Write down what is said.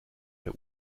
bei